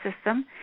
system